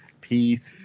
Peace